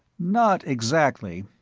not exactly.